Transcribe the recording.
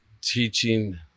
teaching